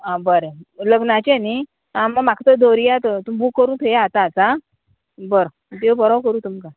आं बरें लग्नाचें न्ही आं मागीर म्हाका थंय दोरिया तर बूक करूं थेया आतांच आं आसा बरो देव बरो करूं तुमकां